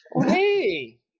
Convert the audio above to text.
Hey